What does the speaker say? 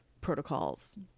protocols